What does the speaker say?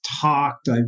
talked